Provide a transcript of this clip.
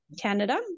Canada